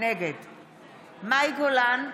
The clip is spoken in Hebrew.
נגד מאי גולן,